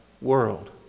world